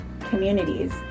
communities